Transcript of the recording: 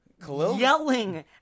yelling